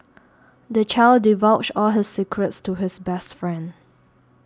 the child divulged all his secrets to his best friend